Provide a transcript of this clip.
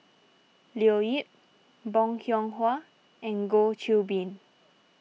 Leo Yip Bong Hiong Hwa and Goh Qiu Bin